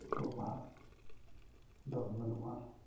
ᱯᱨᱚᱵᱷᱟᱵᱽ ᱫᱚ ᱵᱟᱹᱱᱩᱜᱼᱟ